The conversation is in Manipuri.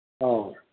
ꯑꯧ